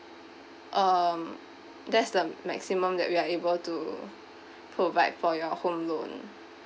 um that's the maximum that we are able to provide for your home loan